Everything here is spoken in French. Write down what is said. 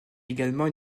également